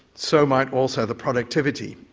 so might also the productivity.